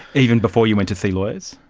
even before you went to see lawyers?